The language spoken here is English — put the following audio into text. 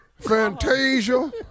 Fantasia